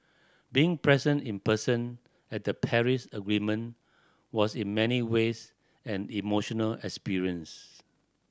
being present in person at the Paris Agreement was in many ways an emotional experience